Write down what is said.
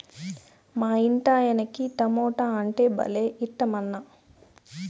మా ఇంటాయనకి టమోటా అంటే భలే ఇట్టమన్నా